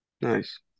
Nice